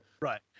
right